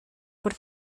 por